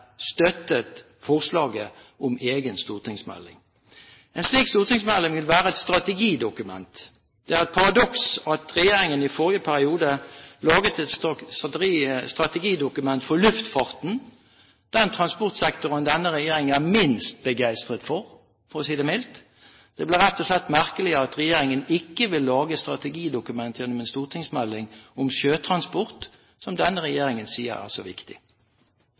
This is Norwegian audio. støttet forslaget om egen stortingsmelding. En slik stortingsmelding vil være et strategidokument. Det er et paradoks at regjeringen i forrige periode laget et strategidokument for luftfarten – den transportsektoren denne regjeringen er minst begeistret for, for å si det mildt. Det blir rett og slett merkelig at regjeringen ikke vil lage strategidokument gjennom en stortingsmelding om sjøtransport, som denne regjeringen sier er så viktig.